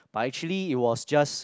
but actually it was just